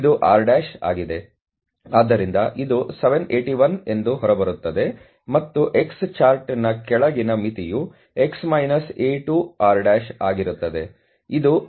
ಆದ್ದರಿಂದ ಇದು 781 ಎಂದು ಹೊರಬರುತ್ತದೆ ಮತ್ತು x ಚಾರ್ಟ್ನ ಕೆಳಗಿನ ಮಿತಿಯು 'x A2 R' ಆಗಿರುತ್ತದೆ ಅದು 758−0